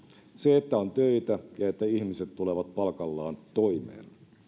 se että on töitä ja että ihmiset tulevat palkallaan toimeen